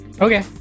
Okay